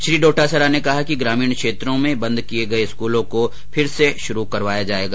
श्री डोटासरा ने कहा कि ग्रामीण क्षेत्रों में बंद किए गए स्कूलों को फिर से शुरू करवाया जाएगा